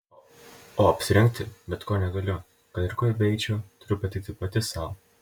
o apsirengti bet ko negaliu kad ir kur beeičiau turiu patikti pati sau